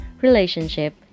relationship